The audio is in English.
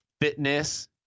fitness